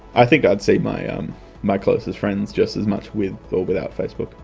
i think i'd see my um my closest friends just as much with or without facebook.